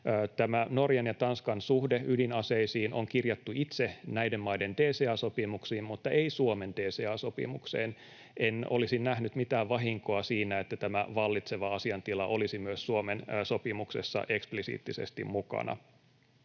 Norjan ja Tanskan suhde ydinaseisiin on kirjattu itse näiden maiden DCA-sopimuksiin mutta ei Suomen DCA-sopimukseen. En olisi nähnyt mitään vahinkoa siinä, että tämä vallitseva asiaintila olisi myös Suomen sopimuksessa eksplisiittisesti mukana.